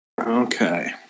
Okay